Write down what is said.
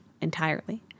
entirely